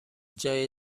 جای